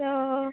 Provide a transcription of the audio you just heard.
ହଁ